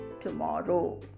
tomorrow